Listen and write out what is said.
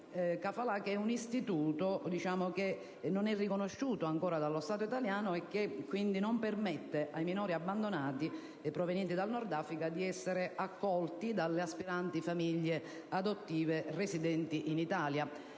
varie mozioni, un istituto che non è riconosciuto ancora dallo Stato italiano e che quindi non permette ai minori abbandonati provenienti dal Nord Africa di essere accolti dalle aspiranti famiglie adottive residenti in Italia.